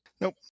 Nope